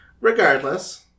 Regardless